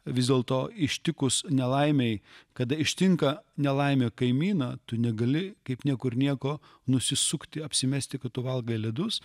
vis dėlto ištikus nelaimei kada ištinka nelaimė kaimyną tu negali kaip niekur nieko nusisukti apsimesti kad tu valgai ledus